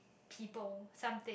people something